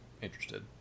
interested